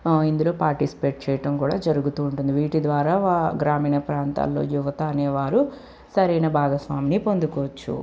ఇందులో పార్టిసిపేట్ చెయ్యడం కూడా జరుగుతూ ఉంటుంది వీటి ద్వారా గ్రామీణ ప్రాంతాల్లో యువత అనేవారు సరైన భాగస్వామిని పొందుకోవచ్చు